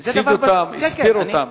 והסביר אותם.